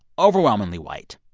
overwhelmingly white.